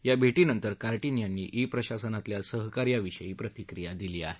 या भेटीनंतर कार्टिन यांनी ई प्रशासनातल्या सहकार्याविषयी प्रतिक्रिया दिली आहे